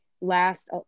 last